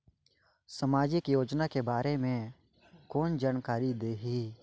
समाजिक योजना के बारे मे कोन जानकारी देही?